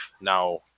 now